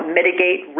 mitigate